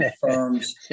firms